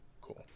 Cool